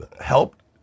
helped